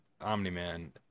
Omni-Man